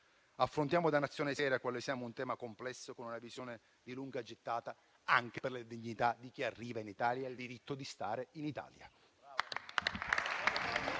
Affrontiamo da Nazione seria quale siamo un tema complesso, con una visione di lunga gittata, anche per la dignità di chi arriva in Italia e ha il diritto di starci.